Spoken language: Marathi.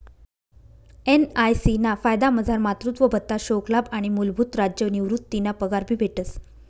एन.आय.सी ना फायदामझार मातृत्व भत्ता, शोकलाभ आणि मूलभूत राज्य निवृतीना पगार भी भेटस